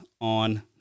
on